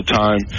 time